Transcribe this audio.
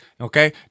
Okay